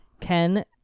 Ken